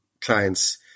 clients